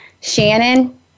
Shannon